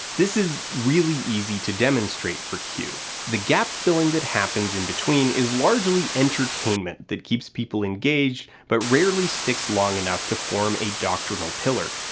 this is really easy to demonstrate for q. the gap-filling that happens in between is largely entertainment that keeps people engaged but rarely sticks long enough to form a doctrinal pillar.